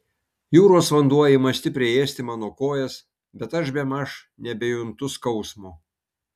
jūros vanduo ima stipriai ėsti mano kojas bet aš bemaž nebejuntu skausmo